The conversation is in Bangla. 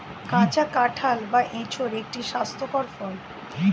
কাঁচা কাঁঠাল বা এঁচোড় একটি স্বাস্থ্যকর ফল